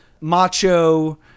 macho